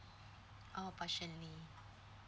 oh partially